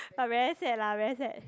but very sad lah very sad